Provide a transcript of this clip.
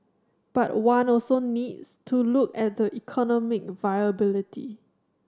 but one also needs to look at the economic viability